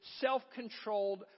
self-controlled